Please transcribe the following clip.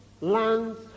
lands